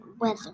weather